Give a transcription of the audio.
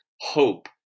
hope